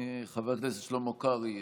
חבר הכנסת שלמה קרעי,